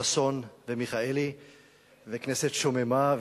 חסון ומיכאלי וכנסת שוממה,